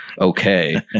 okay